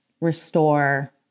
restore